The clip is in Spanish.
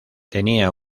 tenía